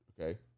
Okay